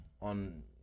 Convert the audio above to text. on